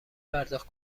پرداخت